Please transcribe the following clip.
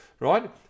right